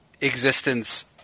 existence